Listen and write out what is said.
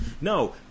No